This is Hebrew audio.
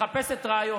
מחפשת ראיות.